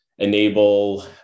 enable